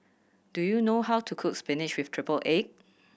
do you know how to cook spinach with triple egg